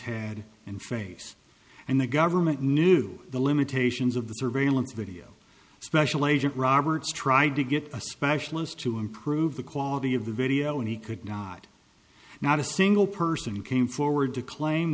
head and face and the government knew the limitations of the surveillance video special agent roberts tried to get a specialist to improve the quality of the video and he could not not a single person came forward to claim